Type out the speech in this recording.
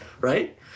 right